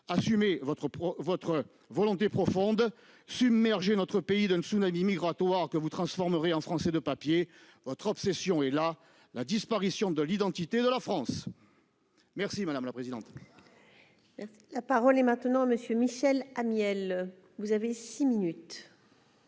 votre votre volonté profonde submerger notre pays de tsunami migratoire que vous transformerez en français de papier autre obsession et là, la disparition de l'identité de la France, merci madame la présidente. La parole est maintenant Monsieur Michel Amiel, vous avez 6 minutes.